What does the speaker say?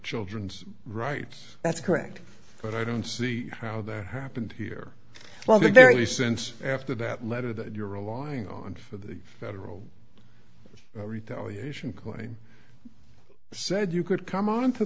children's rights that's correct but i don't see how that happened here but i think they're in the sense after that letter that you're relying on for the federal retaliation claim said you could come on to